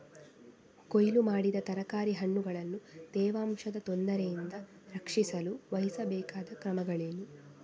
ಕೊಯ್ಲು ಮಾಡಿದ ತರಕಾರಿ ಹಣ್ಣುಗಳನ್ನು ತೇವಾಂಶದ ತೊಂದರೆಯಿಂದ ರಕ್ಷಿಸಲು ವಹಿಸಬೇಕಾದ ಕ್ರಮಗಳೇನು?